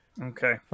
Okay